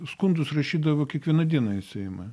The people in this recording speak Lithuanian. skundus rašydavo kiekvieną dieną į seimą